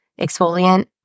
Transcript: exfoliant